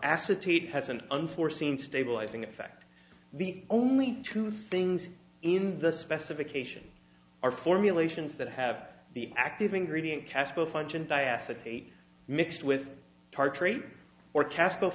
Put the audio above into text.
acetate has an unforeseen stabilizing effect the only two things in the specification are formulations that have the active ingredient casco function die acetate mixed with tar tree or cas